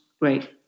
great